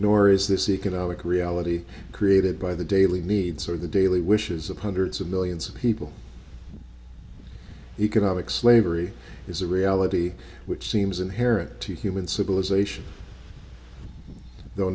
nor is this economic reality created by the daily needs or the daily wishes of hundreds of millions of people economic slavery is a reality which seems inherent to human civilization though